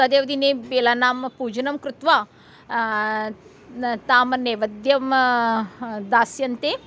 तदेव दिने बेलानां पूजनं कृत्वा तान् नैवेद्यं दास्यन्ते